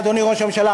אדוני ראש הממשלה,